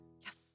Yes